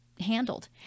handled